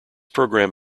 program